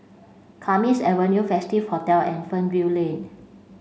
Kismis Avenue Festive Hotel and Fernvale Lane